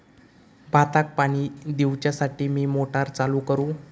भाताक पाणी दिवच्यासाठी मी मोटर चालू करू?